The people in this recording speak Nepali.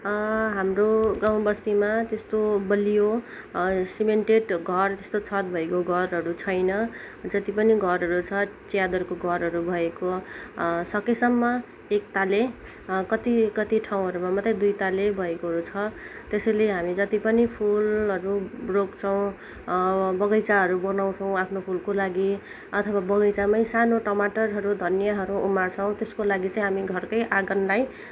हाम्रो गाउँ बस्तीमा त्यस्तो बलियो सिमेन्टेड घर त्यस्तो छत भएको घरहरू छैन जतिपनि घरहरू छ च्यादरको घरहरू भएको सकेसम्म एकतले कति कति ठाउँहरू मात्रै दुईतले भएकोहरू छ त्यसैले हामी जति पनि फुलहरू रोप्छौँ बगैँचाहरू बनाउँछौँ आफ्नो फुलको लागि अथवा बगैँचामै सानो टमाटरहरू धनियाँहरू उमार्छौँ त्यसको लागि चाहिँ हामी घरकै आँगनलाई